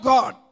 God